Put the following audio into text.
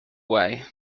way